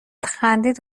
خندید